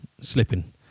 slipping